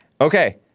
Okay